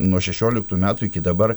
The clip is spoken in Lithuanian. nuo šešioliktų metų iki dabar